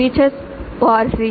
4teachers